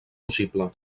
possible